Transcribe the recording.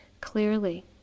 clearly